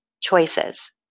choices